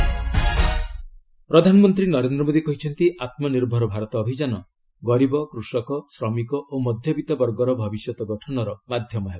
PM Deendayal ପ୍ରଧାନମନ୍ତ୍ରୀ ନରେନ୍ଦ୍ର ମୋଦୀ କହିଛନ୍ତି ଆତ୍ମନିର୍ଭର ଭାରତ ଅଭିଯାନ ଗରିବ କୃଷକ ଶ୍ରମିକ ଓ ମଧ୍ୟବିତ୍ତ ବର୍ଗର ଭବିଷ୍ୟତ ଗଠନର ମାଧ୍ୟମ ହେବ